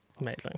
Amazing